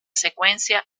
secuencia